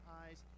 eyes